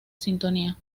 sintonía